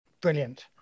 Brilliant